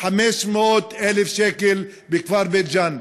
500,000 שקל בכפר בית-ג'ן.